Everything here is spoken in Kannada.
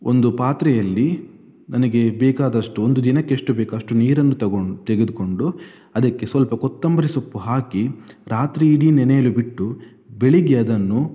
ಒಂದು ಪಾತ್ರೆಯಲ್ಲಿ ನನಗೆ ಬೇಕಾದಷ್ಟು ಒಂದು ದಿನಕ್ಕೆ ಎಷ್ಟು ಬೇಕು ಅಷ್ಟು ನೀರನ್ನು ತಗೊಂಡು ತೆಗೆದುಕೊಂಡು ಅದಕ್ಕೆ ಸ್ವಲ್ಪ ಕೊತ್ತಂಬರಿ ಸೊಪ್ಪು ಹಾಕಿ ರಾತ್ರಿ ಇಡೀ ನೆನೆಯಲು ಬಿಟ್ಟು ಬೆಳಗ್ಗೆ ಅದನ್ನು